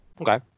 Okay